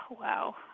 wow